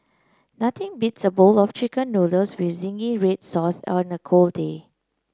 nothing beats a bowl of chicken noodles with zingy red sauce on a cold day